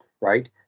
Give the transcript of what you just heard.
right